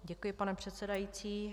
Děkuji, pane předsedající.